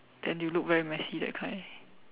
then you look very messy that kind